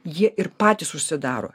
jie ir patys užsidaro